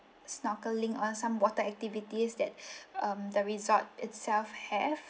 snorkeling or some water activities that um the resort itself have